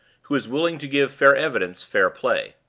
who is willing to give fair evidence fair play.